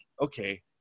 okay